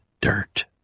dirt